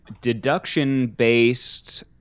deduction-based